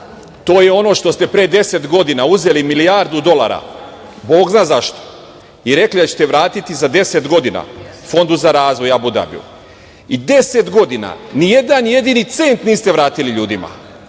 to je ono što ste pre 10 godina uzeli milijardu dolara, bog zna zašto, i rekli da ćete vratiti za 10 godina Fondu za razvoj Abu Dabija i 10 godina nijedan jedini cent niste vratili ljudima,